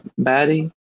Baddie